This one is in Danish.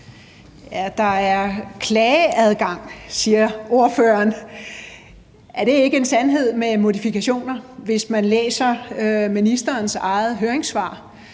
der er klageadgang, siger ordføreren. Er det ikke en sandhed med modifikationer? Hvis man læser ministerens eget høringssvar,